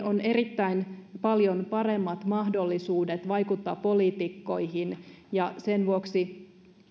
on myös erittäin paljon paremmat mahdollisuudet vaikuttaa poliitikkoihin sen vuoksi